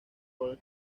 por